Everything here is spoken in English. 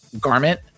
garment